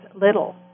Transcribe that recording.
Little